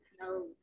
no